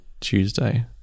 Tuesday